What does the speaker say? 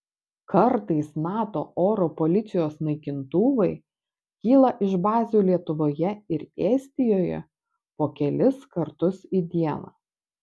kartais nato oro policijos naikintuvai kyla iš bazių lietuvoje ir estijoje po kelis kartus į dieną